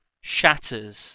shatters